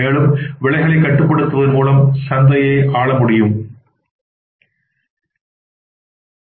மேலும் விலைகளைக் கட்டுப்படுத்துவதன் மூலம் சந்தையை ஆளலாம்